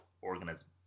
organism